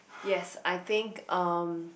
yes I think um